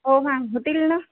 हो मॅम होतील ना